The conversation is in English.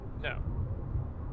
no